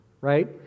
right